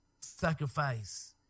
Sacrifice